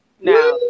Now